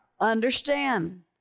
understand